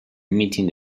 meeting